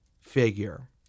figure